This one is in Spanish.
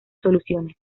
soluciones